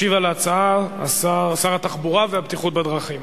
ישיב על ההצעה שר התחבורה והבטיחות בדרכים.